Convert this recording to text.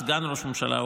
סגן ראש ממשלה,